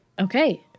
Okay